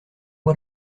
moi